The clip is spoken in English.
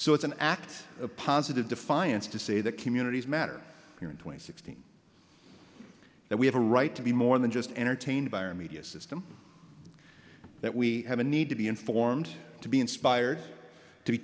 so it's an act of positive defiance to say that communities matter here and to a sixteen that we have a right to be more than just entertained by our media system that we have a need to be informed to be inspired to be